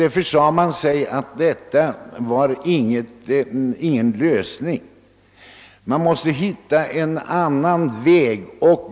Därför sade man sig att detta inte var någon lösning utan att man måste finna en annan väg.